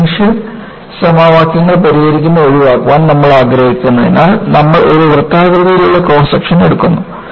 differential സമവാക്യങ്ങൾ പരിഹരിക്കുന്നത് ഒഴിവാക്കാൻ നമ്മൾ ആഗ്രഹിക്കുന്നതിനാൽ നമ്മൾ ഒരു വൃത്താകൃതിയിലുള്ള ക്രോസ് സെക്ഷൻ എടുക്കുന്നു